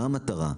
מה המטרה.